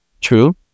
True